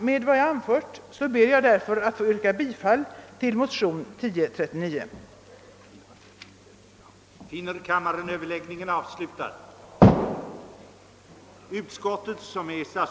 Med vad jag nu anfört ber jag att få yrka bifall till motionen II: 1039. Skall = fiskevårdsområdet omfatta oskiftat fiske med flera delägare, erfordras därjämte samtycke från minst en delägare inom varje sådant fiske.